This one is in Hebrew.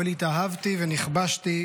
אבל התאהבתי ונכבשתי,